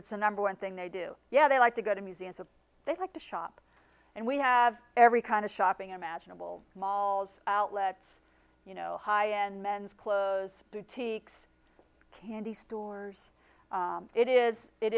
it's the number one thing they do yeah they like to go to museums and they like to shop and we have every kind of shopping imaginable malls outlets you know high end men's clothes boutiques candy stores it is it